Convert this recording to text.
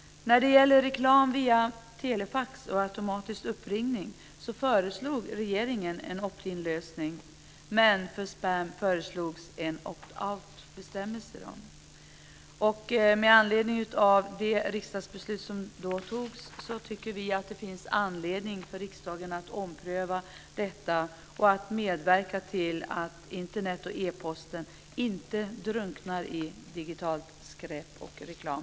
När det gäller reklam via telefax och automatisk uppringning föreslog regeringen en opt in-lösning, men för spam föreslog den en opt out-lösning. Vi tycker att det finns anledning att ompröva riksdagens tidigare fattade beslut och att riksdagen bör medverka till att Internet och e-post inte drunknar i digitalt skräp och reklam.